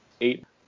eight